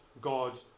god